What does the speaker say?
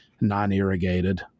non-irrigated